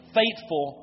faithful